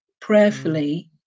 prayerfully